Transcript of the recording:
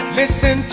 listen